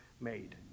made